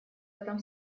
этом